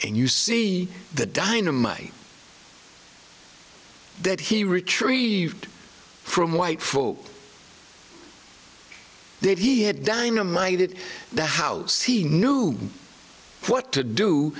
and you see the dynamite that he retrieved from white full day he had dynamite it the house he knew what to do